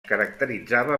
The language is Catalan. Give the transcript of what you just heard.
caracteritzava